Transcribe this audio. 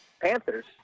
Panthers